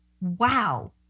Wow